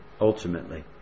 ultimately